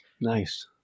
Nice